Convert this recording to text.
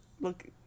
look